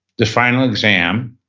the final exam